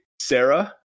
Sarah